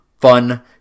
fun